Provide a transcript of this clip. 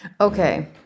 Okay